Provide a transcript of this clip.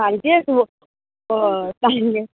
सांजचें येतलो हय टायम